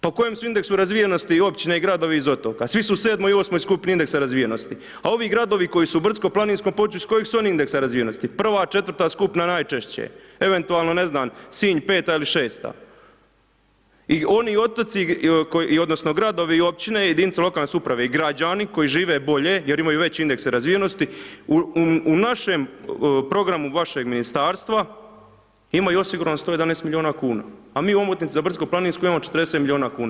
Po kojem su indeksu razvijenosti općine i gradovi iz otoka, svi su u 7 i 8 skupini indeksa razvijenosti, a ovi gradovi koji su u brdsko planinskom području iz kojeg su oni indeksa razvijenosti, 1, 4 skupina najčešće, eventualno ne znam, Sinj 5 ili 6. I oni otoci, odnosno, gradovi i općine, jedinice lokalne samouprave i građani koji žive bolje jer imaju veći indeks razvijenosti, u našem programu vašeg ministarstva, imaju osigurano 111 milijuna kn, a mi ovdje za brdsko planinskomu imamo 40 milijuna kn.